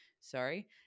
sorry